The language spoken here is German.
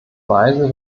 weise